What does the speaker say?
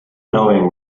knowing